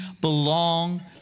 belong